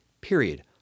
period